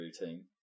routine